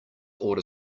order